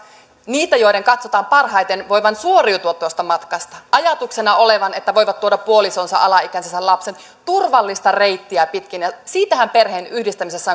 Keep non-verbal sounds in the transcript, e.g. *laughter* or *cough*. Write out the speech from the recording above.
niitä joiden katsotaan parhaiten voivan suoriutua tuosta matkasta ajatuksena on että he voivat tuoda puolisonsa alaikäiset lapsensa turvallista reittiä pitkin ja siitähän perheenyhdistämisessä *unintelligible*